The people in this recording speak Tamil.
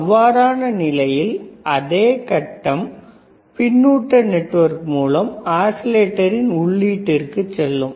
அவ்வாறான நிலையில் அதே கட்டம் பின்னூட்ட நெட்வொர்க் மூலம் ஆஸிலேட்டரின் உள்ளீட்டிற்குச் செல்லும்